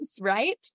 right